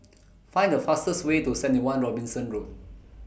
Find The fastest Way to seventy one Robinson Road